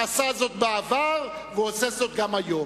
עשה זאת בעבר ועושה זאת גם היום.